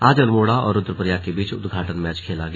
आज अल्मोड़ा और रूद्रप्रयाग के बीच उद्घाटन मैच खेला गया